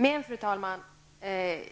Men, fru talman,